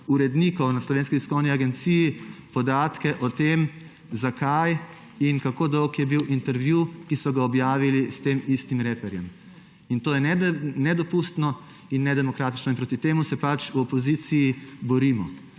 urednikov na Slovenski tiskovni agenciji podatke o tem, zakaj in kako dolg je bil intervju, ki so ga objavili s tem istim reperjem. To je nedopustno in nedemokratično in proti temu se v opoziciji borimo.